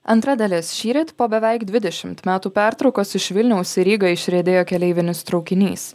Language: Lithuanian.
antra dalis šįryt po beveik dvidešimt metų pertraukos iš vilniaus į rygą išriedėjo keleivinis traukinys